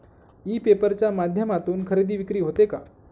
E पेपर च्या माध्यमातून खरेदी विक्री होते का?